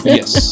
yes